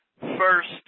First